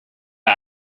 der